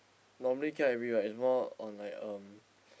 normally K_I_V right is more on like um